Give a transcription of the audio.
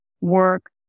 work